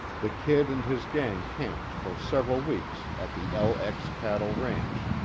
the kid and his gang camped for several weeks at the lx cattle ranch,